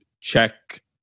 check